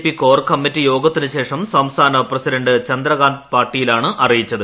P core committee യോഗത്തിനുശേഷം സംസ്ഥാന president Chandrakant പാട്ടീലാണ് അറിയിച്ചത്